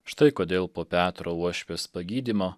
štai kodėl po petro uošvės pagydymo